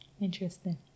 Interesting